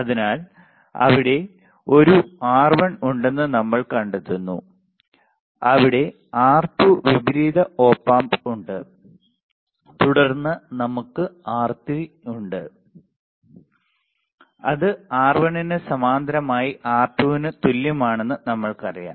അതിനാൽ അവിടെ ഒരു R1 ഉണ്ടെന്ന് നമ്മൾ കണ്ടെത്തുന്നു അവിടെ R2 വിപരീത ഓപ് ആംപ് ഉണ്ട് തുടർന്ന് നമുക്ക് R3 ഉണ്ട് അത് R1 ന് സമാന്തരമായി R2 ന് തുല്യമാണെന്ന് നമ്മൾക്കറിയാം